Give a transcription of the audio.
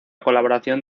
colaboración